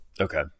okay